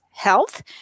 health